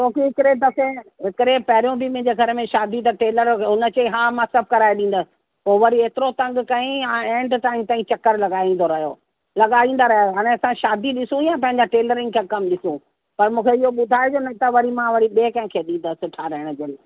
छोकी हकिकड़े दफ़े हिकड़े पहिरियों बि मुंहिंजे घर में शादी त टेलर हुन चयई हा मां सभु कराए ॾींदसि पोइ वरी एतिरो तंग कयईं एंड ताईं तईं चकर लॻाईंदो रहियो लॻाईंदा रहियो हाणे असां शादी ॾिसूं या पंहिंजा टेलरिंग जा कम ॾिसूं पर मूंखे इहो ॿुधाइजो न त वरी मां वरी ॿिए कंहिंखे ॾींदसि ठाहिराइण जो ई